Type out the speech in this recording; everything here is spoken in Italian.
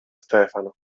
stefano